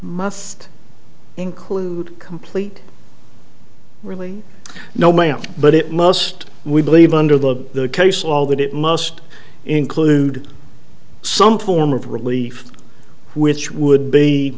must include complete really no ma'am but it must we believe under the case all that it must include some form of relief which would be